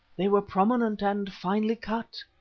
they were prominent and finely-cut,